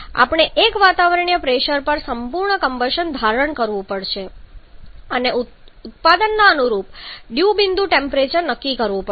આપણે 1 વાતાવરણીય પ્રેશર પર સંપૂર્ણ કમ્બશન ધારણ કરવું પડશે અને ઉત્પાદનના અનુરૂપ ડ્યૂ બિંદુ ટેમ્પરેચર નક્કી કરવું પડશે